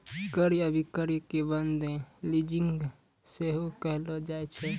क्रय अभिक्रय के बंद लीजिंग सेहो कहलो जाय छै